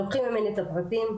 לוקחים ממני את הפרטים,